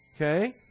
okay